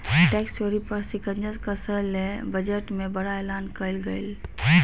tax चोरी पर शिकंजा कसय ले बजट में बड़ा एलान कइल गेलय